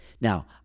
Now